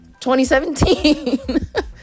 2017